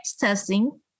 testing